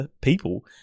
people